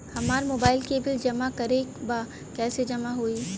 हमार मोबाइल के बिल जमा करे बा कैसे जमा होई?